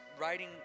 writing